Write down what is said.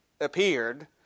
appeared